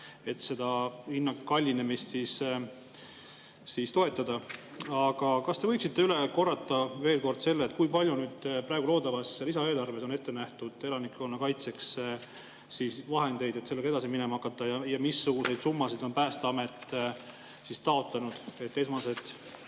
et hinna kallinemise tõttu seda toetada. Aga kas te võiksite üle korrata veel selle, kui palju praegu loodavas lisaeelarves on ette nähtud elanikkonnakaitseks vahendeid, et sellega edasi minema hakata? Missuguseid summasid on Päästeamet taotlenud, et esmased